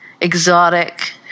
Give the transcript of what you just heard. exotic